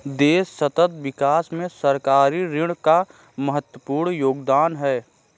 देश सतत विकास में सरकारी ऋण का महत्वपूर्ण योगदान है